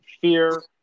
fear